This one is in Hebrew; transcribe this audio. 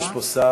יש פה שר.